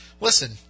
Listen